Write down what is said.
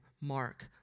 mark